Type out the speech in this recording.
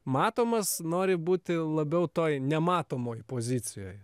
matomas nori būti labiau toj nematomoj pozicijoje